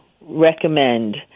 recommend